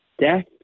death